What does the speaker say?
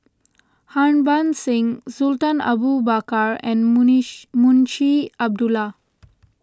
Harbans Singh Sultan Abu Bakar and Munshi Abdullah